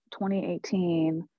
2018